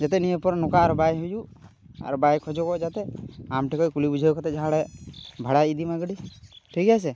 ᱡᱟᱛᱮ ᱱᱤᱭᱟᱹ ᱯᱚᱨᱮ ᱱᱚᱝᱠᱟ ᱟᱨ ᱵᱟᱭ ᱦᱩᱭᱩᱜ ᱟᱨ ᱵᱟᱭ ᱠᱷᱚᱡᱚᱜᱚᱜ ᱡᱟᱛᱮ ᱟᱢ ᱴᱷᱮᱱᱠᱷᱚᱱ ᱠᱩᱞᱤ ᱵᱩᱡᱷᱟᱹᱣ ᱠᱟᱛᱮᱫ ᱡᱟᱦᱟᱸ ᱨᱮ ᱵᱷᱟᱲᱟᱭ ᱤᱫᱤᱢᱟ ᱜᱟᱹᱰᱤ ᱴᱷᱤᱠ ᱟᱪᱷᱮ